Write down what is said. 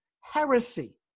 heresy